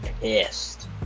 pissed